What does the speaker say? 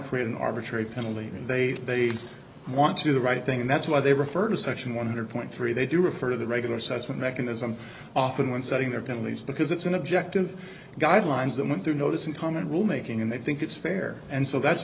create an arbitrary penalty and they they want to do the right thing and that's why they refer to section one hundred point three they do refer to the regular size mechanism often when setting their families because it's an objective guidelines that went through notice and comment rule making and they think it's fair and so that's